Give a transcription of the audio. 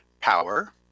power